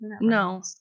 No